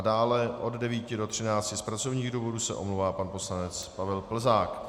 Dále od 9 do 13 hodin z pracovních důvodů se omlouvá pan poslanec Pavel Plzák.